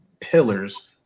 pillars